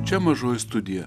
čia mažoji studija